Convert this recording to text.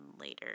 later